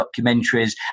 documentaries